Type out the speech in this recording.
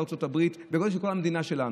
ארצות הברית בגודל של כל המדינה שלנו?